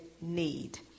need